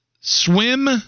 Swim